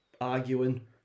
arguing